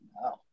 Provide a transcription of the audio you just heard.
Wow